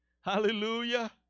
Hallelujah